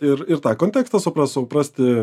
ir ir tą kontekstą supras suprasti